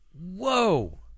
Whoa